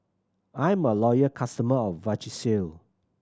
I'm a loyal customer of Vagisil